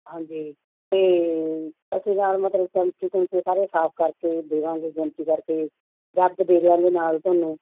ਹਾਂਜੀ ਅਤੇ ਅਸੀਂ ਨਾਲ ਮਤਲਬ ਚਮਚੇ ਚੁਮਚੇ ਸਾਰੇ ਸਾਫ਼ ਕਰਕੇ ਦੇਵਾਂਗੇ ਗਿਣਤੀ ਕਰਕੇ ਜੱਗ ਦੇ ਦਿਆਂਗੇ ਨਾਲ ਤੁਹਾਨੂੰ